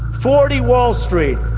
forty wall street,